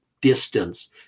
distance